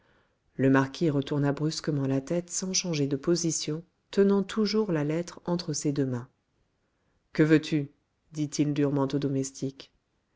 le marquis retourna brusquement la tête sans changer de position tenant toujours la lettre entre ses deux mains que veux-tu dit-il durement au domestique